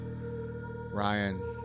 Ryan